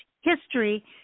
history